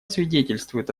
свидетельствует